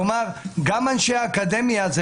זאת אומרת שגם אנשי האקדמיה שנמצאים שם